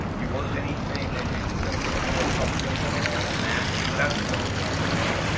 you worked anything, and done clickfunnels help them at all on that, because that's its own kind of funnel.